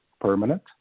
permanent